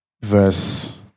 verse